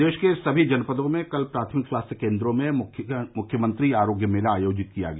प्रदेश के सभी जनपदों में कल प्राथमिक स्वास्थ्य केन्द्रों में मुख्यमंत्री आरोग्य मेला आयोजित किया गया